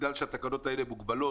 בגלל שהתקנות האלה מוגבלות,